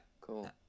Cool